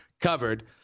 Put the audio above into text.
covered